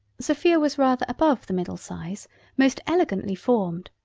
sophia was rather above the middle size most elegantly formed.